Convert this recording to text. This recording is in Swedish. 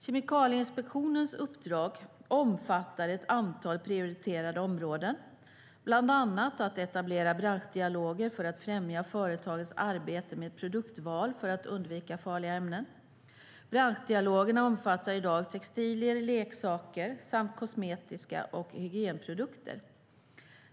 Kemikalieinspektionens uppdrag omfattar ett antal prioriterade områden, bland annat att etablera branschdialoger för att främja företagens arbete med produktval för att undvika farliga ämnen. Branschdialogerna omfattar i dag textilier, leksaker samt kosmetiska produkter och hygienprodukter.